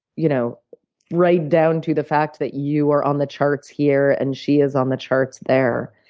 you know right down to the fact that you are on the charts here, and she is on the charts there.